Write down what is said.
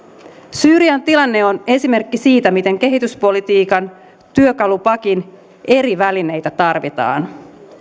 syyrian tilanne on esimerkki siitä miten kehityspolitiikan työkalupakin eri välineitä tarvitaan